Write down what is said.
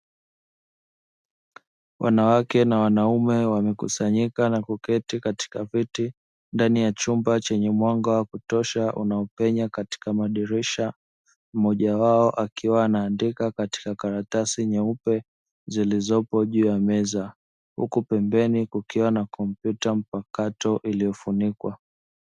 Wanawake na wanaume wamekusanyika na kuketi katika viti, ndani ya chumba chenye mwanga wa kutosha unaopenya katika madirisha, mmoja wao akiwa anaandika katika karatasi nyeupe zilizopo juu ya meza. Huku pembeni kukiwa na kompyuta mpakato iliyofunikwa.